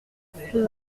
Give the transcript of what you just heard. suis